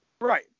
Right